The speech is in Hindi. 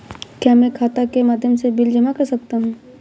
क्या मैं खाता के माध्यम से बिल जमा कर सकता हूँ?